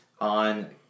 on